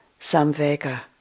samvega